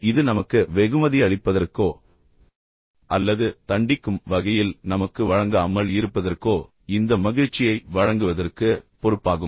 இது நமக்கு வெகுமதி அளிப்பதற்கோ அல்லது தண்டிக்கும் வகையில் நமக்கு வழங்காமல் இருப்பதற்கோ இந்த மகிழ்ச்சியை வழங்குவதற்கு பொறுப்பாகும்